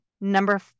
Number